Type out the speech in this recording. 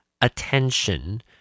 attention